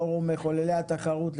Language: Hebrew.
פורום מחוללי התחרות,